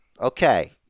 okay